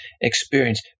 experience